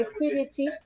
liquidity